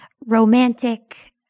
romantic